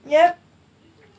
yup